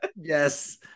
Yes